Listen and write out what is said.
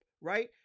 right